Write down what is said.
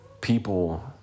people